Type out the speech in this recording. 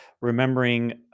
remembering